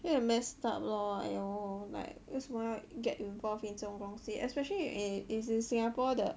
有点 messed up lor !aiyo! like 为什么要 get involved in 这种东西 especially if it is in Singapore 的